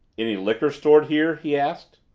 any liquor stored here? he asked.